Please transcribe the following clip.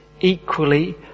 equally